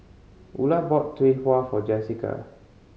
Ula bought Tau Huay for Jessika